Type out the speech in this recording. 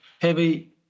heavy